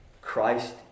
Christ